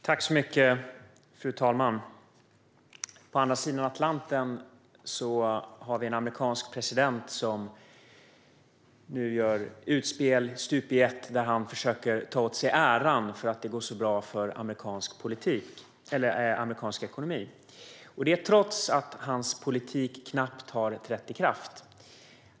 Fru talman! På andra sidan Atlanten har vi en amerikansk president som stup i ett gör utspel där han försöker ta åt sig äran för att det går så bra för amerikansk ekonomi, detta trots att hans politik knappt har trätt i kraft.